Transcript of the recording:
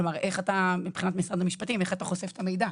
כלומר איך אתה מבחינת משרד המשפטים חושף את המידע.